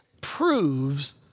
proves